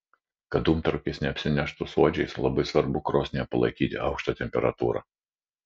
kad dūmtraukis neapsineštų suodžiais labai svarbu krosnyje palaikyti aukštą temperatūrą